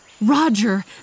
Roger